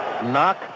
knock